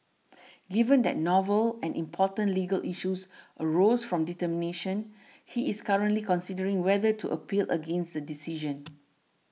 given that novel and important legal issues arose from determination he is currently considering whether to appeal against the decision